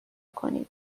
کنید